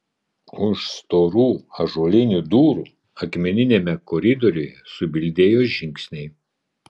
už storų ąžuolinių durų akmeniniame koridoriuje subildėjo žingsniai